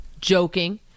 Joking